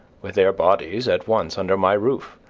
with their bodies, at once under my roof,